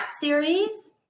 series